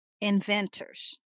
inventors